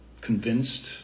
convinced